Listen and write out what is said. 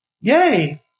Yay